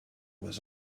was